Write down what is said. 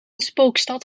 spookstad